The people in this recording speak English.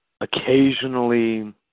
Occasionally